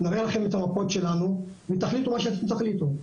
נראה לכם את המפות שלנו ותחליטו מה שתחליטו,